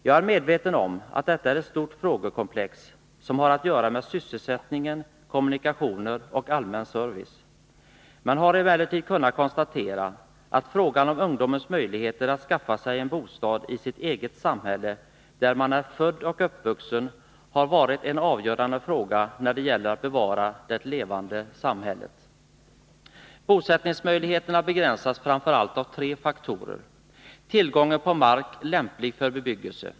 Jag är medveten om att detta är ett stort frågekomplex, som har att göra med sysselsättning, kommunikationer och allmän service. Man har emellertid kunnat konstatera att frågan om ungdomens möjligheter att skaffa sig en bostad i sitt eget samhälle, där man är född och uppvuxen, har varit en avgörande fråga när det gäller att bevara det levande samhället. Bosättningsmöjligheterna begränsas framför allt av tre faktorer. Den första är tillgången på mark lämplig för bebyggelse.